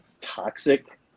toxic